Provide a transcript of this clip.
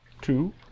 Two